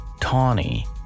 Tawny